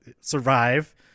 survive